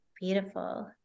Beautiful